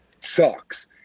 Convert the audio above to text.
sucks